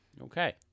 Okay